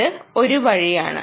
ഇത് ഒരു വഴിയാണ്